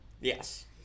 Yes